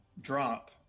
drop